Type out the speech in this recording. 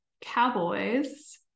Cowboys